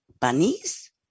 bunnies